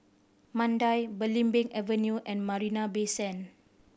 Mandai Belimbing Avenue and Marina Bay Sand